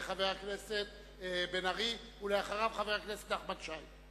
חבר הכנסת בן-ארי, ואחריו, חבר הכנסת נחמן שי.